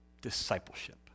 discipleship